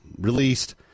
released